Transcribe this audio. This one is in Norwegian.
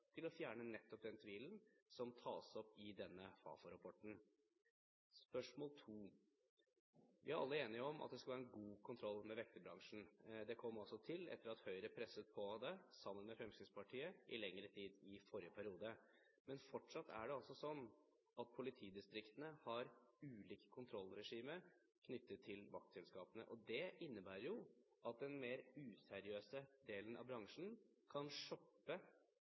til å fjerne nettopp den tvilen som tas opp i denne Fafo-rapporten? Spørsmål 2: Vi er alle enige om at det skal være en god kontroll med vekterbransjen. Det kom også til etter at Høyre, sammen med Fremskrittspartiet, i forrige periode i lengre tid presset på det. Men fortsatt er det altså sånn at politidistriktene har ulikt kontrollregime knyttet til vaktselskapene. Det innebærer jo at den mer useriøse delen av bransjen kan shoppe